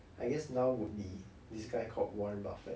I guess now would be this guy called warren buffett